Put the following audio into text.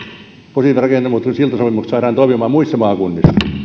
tämä positiivisen rakennemuutoksen siltasopimus saadaan toimimaan muissa maakunnissa